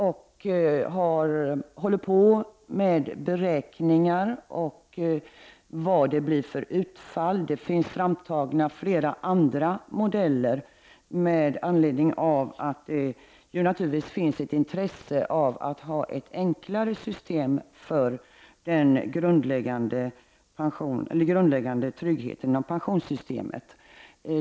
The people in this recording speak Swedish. Vi håller på med beräkningar för att se vad det blir för utfall. Flera olika modeller finns framtagna med anledning av att det ju naturligtvis finns ett intresse av att ha ett enklare system för den grundläggande tryggheten i pensionssystemet.